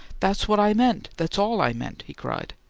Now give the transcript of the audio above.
that's what i meant! that's all i meant! he cried.